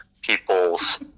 people's